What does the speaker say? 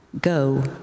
Go